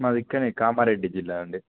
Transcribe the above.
మాది ఇక్కడనే కామారేడ్డి జిల్లా అండి